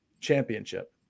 Championship